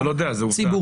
זה לא דעה, זה עובדה.